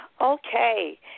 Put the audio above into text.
Okay